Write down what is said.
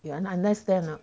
you understand not